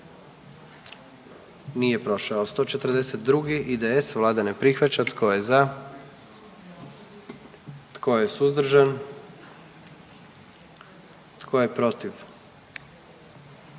zastupnika SDP-a, vlada ne prihvaća. Tko je za? Tko je suzdržan? Tko je protiv?